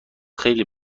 خیلی